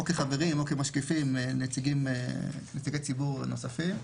כחברים או כמשקיפים נציגי ציבור נוספים.